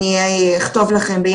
אם היא לא נמצאת כרגע אני אכתוב לכם יחד